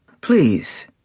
Please